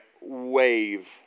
wave